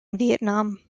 vietnam